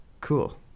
Cool